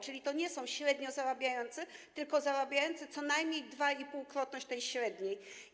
Czyli to nie są średnio zarabiający, tylko zarabiający co najmniej 2,5-krotność tej średniej.